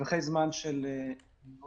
בטווחי זמן של שבועות.